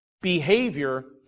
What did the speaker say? Behavior